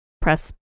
press